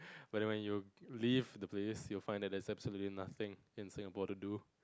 but then when you leave the place you find that there is absolutely nothing in Singapore to do